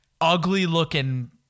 ugly-looking